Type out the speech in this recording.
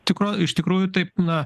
tikro iš tikrųjų taip na